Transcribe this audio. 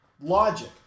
logic